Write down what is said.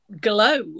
glow